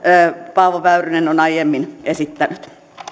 paavo väyrynen on aiemmin esittänyt